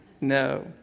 No